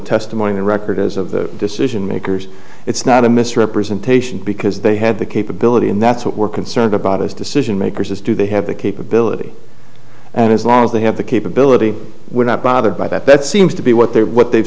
testimony the record is of the decision makers it's not a misrepresentation because they had the capability and that's what we're concerned about is decision makers do they have the capability and as long as they have the capability we're not bothered by that that seems to be what they what they've